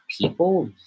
people